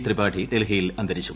ത്രിപാഠി ഡൽഹിയിൽ അന്തരിച്ചു